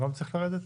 הוא גם צריך לרדת?